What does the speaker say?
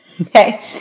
okay